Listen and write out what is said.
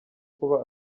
kuba